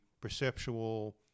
perceptual